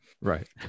Right